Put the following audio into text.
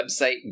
website